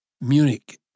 Munich